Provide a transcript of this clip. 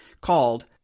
called